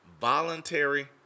voluntary